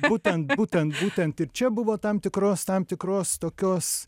būtent būtent būtent ir čia buvo tam tikros tam tikros tokios